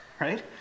right